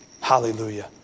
Hallelujah